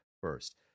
first